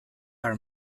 are